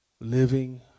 living